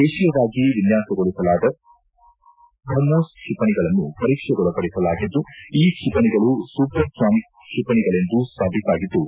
ದೇಶೀಯವಾಗಿ ವಿನ್ಯಾಸಗೊಳಿಸಲಾದ ಬ್ರಹ್ಮೋಸ್ ಕ್ಷಿಪಣಿಗಳನ್ನು ಪರೀಕ್ಷೆಗೊಳಪಡಿಸಲಾಗಿದ್ದು ಈ ಕ್ಷಿಪಣಿಗಳು ಸೂಪರ್ ಸಾನಿಕ್ ಕ್ಷಿಪಣಿಗಳೆಂದು ಸಾಬೀತಾಗಿದ್ದು